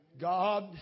God